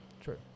True